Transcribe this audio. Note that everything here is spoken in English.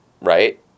right